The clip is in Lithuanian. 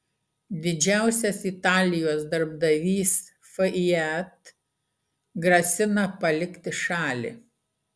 didžiausias italijos darbdavys fiat grasina palikti šalį